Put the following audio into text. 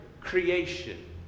creation